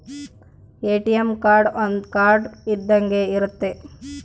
ATM card ಒಂದ್ card ಇದ್ದಂಗೆ ಇರುತ್ತೆ